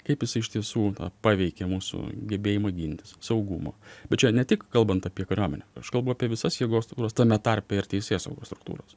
kaip jisai iš tiesų paveikia mūsų gebėjimą gintis saugumą bet čia ne tik kalbant apie kariuomenę aš kalbu apie visas jėgos tame tarpe ir teisėsaugos struktūros